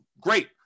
Great